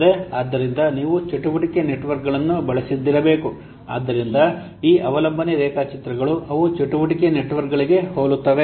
ಆದ್ದರಿಂದ ನೀವು ಚಟುವಟಿಕೆ ನೆಟ್ವರ್ಕ್ಗಳನ್ನು ಬಳಸಿದ್ದಿರಬೇಕು ಆದ್ದರಿಂದ ಈ ಅವಲಂಬನೆ ರೇಖಾಚಿತ್ರಗಳು ಅವು ಚಟುವಟಿಕೆ ನೆಟ್ವರ್ಕ್ಗಳಿಗೆ ಹೋಲುತ್ತವೆ